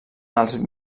els